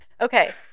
Okay